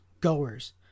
goers